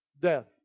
death